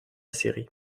série